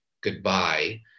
goodbye